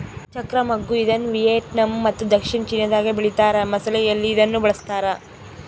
ಚಕ್ತ್ರ ಮಗ್ಗು ಇದನ್ನುವಿಯೆಟ್ನಾಮ್ ಮತ್ತು ದಕ್ಷಿಣ ಚೀನಾದಾಗ ಬೆಳೀತಾರ ಮಸಾಲೆಯಲ್ಲಿ ಇದನ್ನು ಬಳಸ್ತಾರ